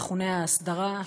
המכונה "ההסדרה",